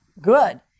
good